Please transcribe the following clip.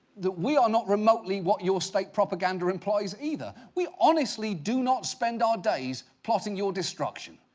that we are not remotely what your state propaganda implies, either. we honestly do not spend our days plotting your destruction.